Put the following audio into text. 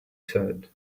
said